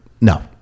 No